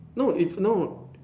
no it's no